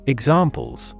Examples